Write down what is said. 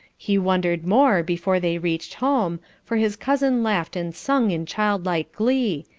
he wondered more before they reached home, for his cousin laughed and sung in childlike glee,